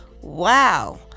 Wow